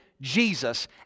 Jesus